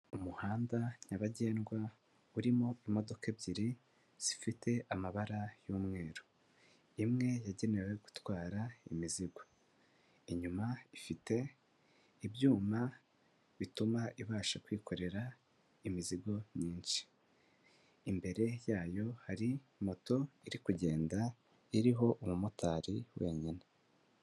Umuhanda nyabagendwa urimo imodoka ebyiri zifite amabara y'umweru, imwe yagenewe gutwara imizigo, inyuma ifite ibyuma bituma ibasha kwikorera imizigo myinshi, imbere yayo hari moto iri kugenda iriho umumotari wenyine.